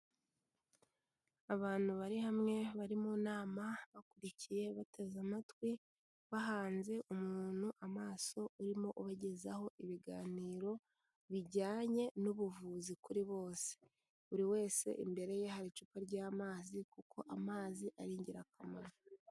Abantu bari hamwe bari mu nama, bakurikiye bateze amatwi, bahanze umuntu amaso urimo ubagezaho ibiganiro bijyanye n'ubuvuzi kuri bose, buri wese imbere ye hari icupa ry'amazi kuko amazi ari ingirakamaro.